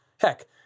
Heck